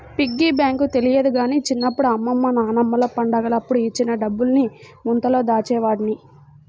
piggy bank తెలియదు గానీ చిన్నప్పుడు అమ్మమ్మ నాన్నమ్మలు పండగలప్పుడు ఇచ్చిన డబ్బుల్ని ముంతలో దాచేవాడ్ని